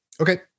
Okay